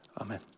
amen